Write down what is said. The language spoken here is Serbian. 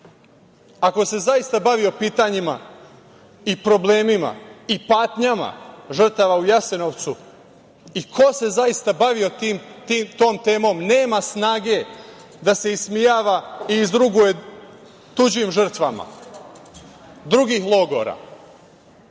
se zaista bavio pitanjima, problemima i patnjama žrtava u Jasenovcu i ko se zaista bavio tom temom nema snage da se ismejava i izruguje tuđim žrtvama drugih logora,